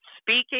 speaking